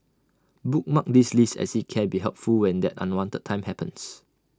bookmark this list as IT can be helpful when that unwanted time happens